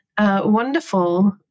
Wonderful